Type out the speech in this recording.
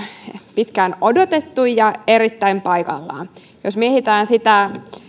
pitkään odotettu ja erittäin paikallaan jos mietitään sitä